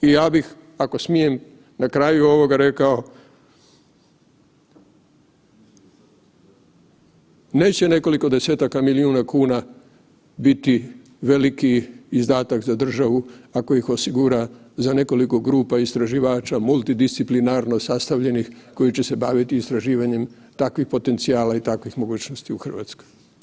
I ja bih ako smijem na kraju ovoga rekao neće nekoliko desetaka milijuna kuna biti veliki izdatak za državu ako ih osigura za nekoliko grupa istraživača multidisciplinarno sastavljenih koji će se baviti istraživanjem takvih potencijala i takvih mogućnosti u Hrvatskoj.